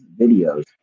videos